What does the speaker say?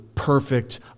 perfect